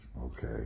okay